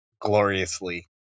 gloriously